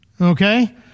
Okay